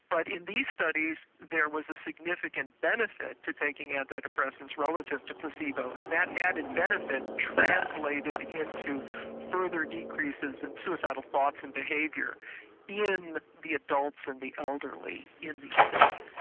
but in these studies there was a significant benefit to taking antidepressants relative to placebo and that added benefit translated into further decreases in suicidal thoughts and behaviour in the adults and the elderly in these studies.